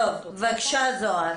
בבקשה, זהר.